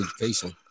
education